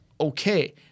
okay